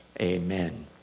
Amen